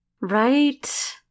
Right